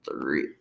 three